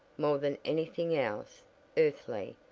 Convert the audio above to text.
more than anything else earthly,